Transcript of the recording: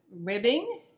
ribbing